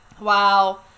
Wow